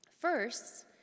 First